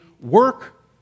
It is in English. work